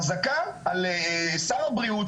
חזקה על שר הבריאות,